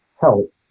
help